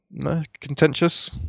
Contentious